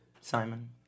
Simon